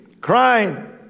crying